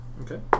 Okay